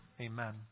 Amen